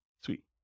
Sweet